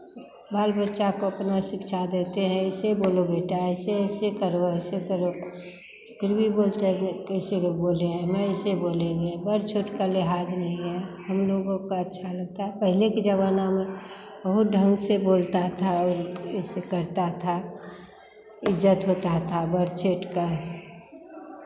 बाल बच्चा को अपना शिक्षा देते हैं ऐसे बोलो बेटा ऐसे ऐसे करो ऐसे करो फिर भी बोलता है कि कैसे के बोले हैं मैं ऐसे बोलेंगे बड़े छोट का लिहाज़ नहीं है हम लोगों को अच्छा लगता है पहले के ज़माना में बहुत ढंग से बोलता था और ऐसे करता था इज्जत होता था बड़ छोट का